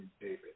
David